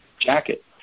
jacket